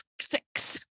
six